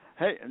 hey